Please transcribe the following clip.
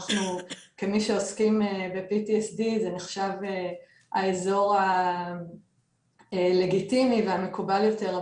אנחנו כמי שעוסקים ב-PTSD זה נחשב האזור הלגיטימי והמקובל יותר,